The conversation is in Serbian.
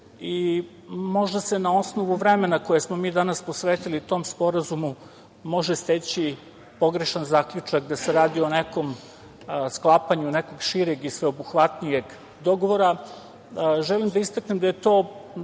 i možda se na osnovu vremena koje smo mi danas posvetili tom sporazumu može steći pogrešan zaključak da se radi o sklapanju nekog šireg i sveobuhvatnijeg dogovora. Želim da istaknem da je to